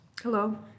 Hello